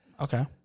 Okay